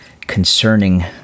concerning